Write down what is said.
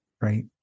right